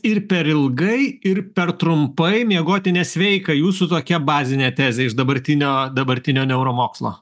ir per ilgai ir per trumpai miegoti nesveika jūsų tokia bazinė tezė iš dabartinio dabartinio neuromokslo